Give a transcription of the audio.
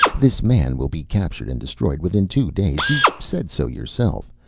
this man will be captured and destroyed within two days. you said so yourself.